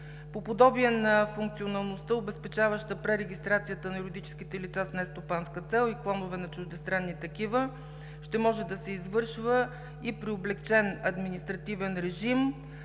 По подобие на функционалността, обезпечаваща пререгистрацията на юридическите лица с нестопанска цел и клоновете на чуждестранни такива, регистрацията на тези лица ще може да се извършва и при облекчен административен режим,